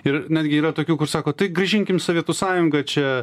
ir netgi yra tokių kur sako tai grąžinkim sovietų sąjungą čia